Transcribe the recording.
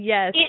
Yes